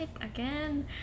Again